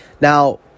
Now